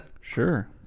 Sure